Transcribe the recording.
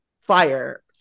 fire